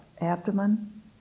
abdomen